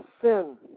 sin